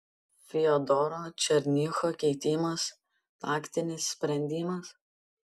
fiodoro černycho keitimas taktinis sprendimas